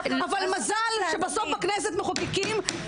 אבל מזל שבסוף בכנסת מחוקקים חברי כנסת.